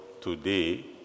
today